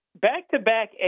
Back-to-back